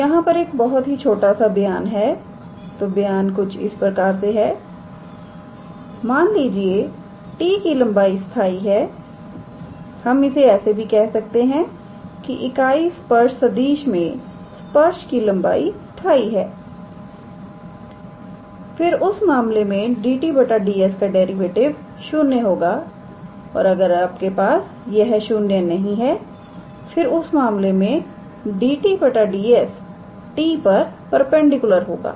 तो यहां पर एक छोटा सा बयान है तो बयान कुछ इस प्रकार से है मान लीजिए t की लंबाई स्थाई है हम इसे ऐसे भी कैसे कह सकते हैं कि इकाई स्पर्श सदिश मे स्पर्श की लंबाई स्थाई है फिर उस मामले में 𝑑𝑡 𝑑𝑠 का डेरिवेटिव 0 होगा और अगर यह 0 नहीं है फिर उस मामले में 𝑑𝑡 𝑑𝑠 t पर परपेंडिकुलर होगा